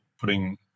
putting